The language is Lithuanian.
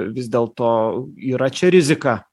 vis dėlto yra čia rizika